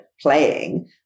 playing